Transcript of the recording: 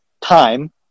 time